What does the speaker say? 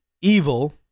evil